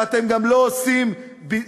ואתם גם לא עושים שלום.